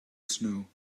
snow